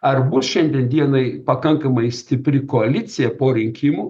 ar bus šiandien dienai pakankamai stipri koalicija po rinkimų